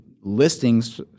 listings